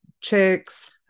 chicks